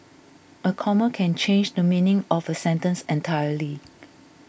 a comma can change the meaning of a sentence entirely